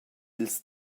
ils